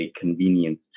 convenient